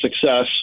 success